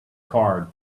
card